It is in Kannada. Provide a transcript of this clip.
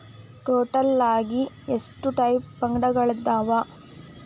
ಟೋಟಲ್ ಆಗಿ ಎಷ್ಟ ಟೈಪ್ಸ್ ಫಂಡ್ಗಳದಾವ